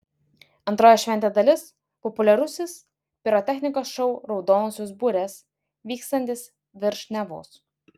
antroji šventės dalis populiarusis pirotechnikos šou raudonosios burės vykstantis virš nevos